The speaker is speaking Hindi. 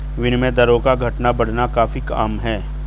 विनिमय दरों का घटना बढ़ना काफी आम है